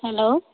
hello